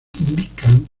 indican